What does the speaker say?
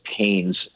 pains